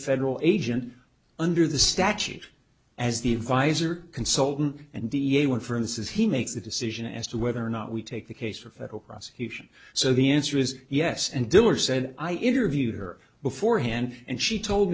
federal agent under the statute as the advisor consultant and da when for instance he makes a decision as to whether or not we take the case for federal prosecution so the answer is yes and dealer said i interviewed her beforehand and she told